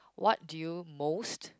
what do you most